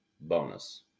bonus